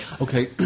Okay